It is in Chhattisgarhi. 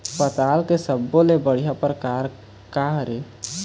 पताल के सब्बो ले बढ़िया परकार काहर ए?